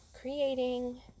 creating